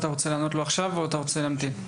אתה רוצה לענות לו עכשיו או שאתה רוצה להמתין?